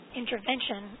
intervention